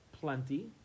plenty